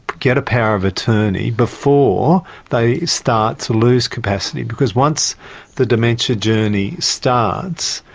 get a power of attorney before they start to lose capacity. because once the dementia journey starts,